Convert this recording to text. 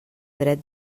dret